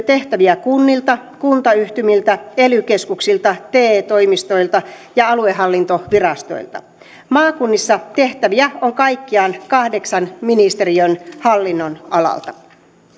tehtäviä kunnilta kuntayhtymiltä ely keskuksilta te toimistoilta ja aluehallintovirastoilta maakunnissa tehtäviä on kaikkiaan kahdeksan ministeriön hallinnonalalta